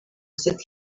said